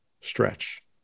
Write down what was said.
stretch